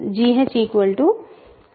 gh